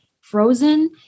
frozen